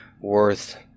worth